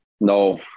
no